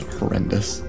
horrendous